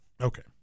Okay